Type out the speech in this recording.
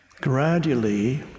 gradually